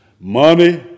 money